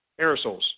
aerosols